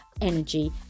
energy